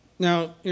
Now